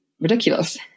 ridiculous